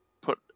put